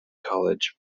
college